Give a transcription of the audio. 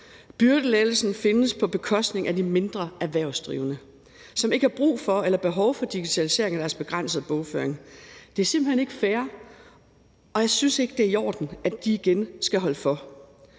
Byrdelettelsen findes på bekostning af de mindre erhvervsdrivende, som ikke har brug for eller behov for digitalisering af deres begrænsede bogføring. Det er simpelt hen ikke fair, og jeg synes ikke, det er i orden, at de igen skal holde for.